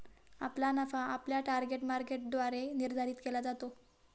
आपला नफा आपल्या टार्गेट मार्केटद्वारे निर्धारित केला जातो